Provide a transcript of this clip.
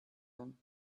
them